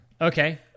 Okay